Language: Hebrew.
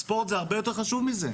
אז ספורט הרבה יותר חשוב מזה.